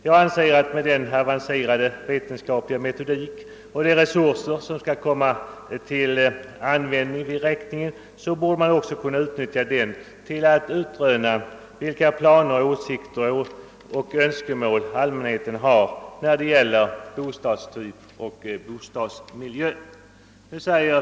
Jag anser att med den avancerade vetenskapliga metodik och de resurser som skall komma till användning vid räkningen borde man också kunna utröna vilka planer, åsikter och önskemål som allmänheten har när det gäller bostadstyper och bostadsmiljöer. =.